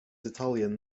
italian